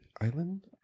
Island